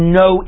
no